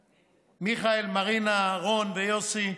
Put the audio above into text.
מיכאל, מרינה, רון ויוסי.